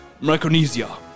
Micronesia